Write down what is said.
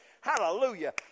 hallelujah